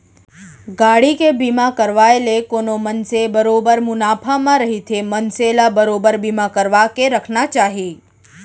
गाड़ी के बीमा करवाय ले कोनो मनसे बरोबर मुनाफा म रहिथे मनसे ल बरोबर बीमा करवाके रखना चाही